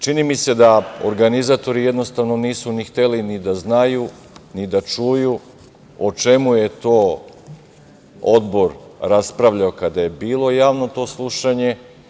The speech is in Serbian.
Čini mi se da organizatori nisu ni hteli ni da znaju, ni da čuju o čemu je to Odbor raspravljao kada je bilo to Javno slušanje.